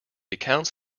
accounts